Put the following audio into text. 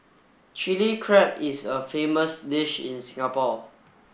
Chilli Crab is a famous dish in Singapore